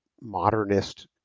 modernist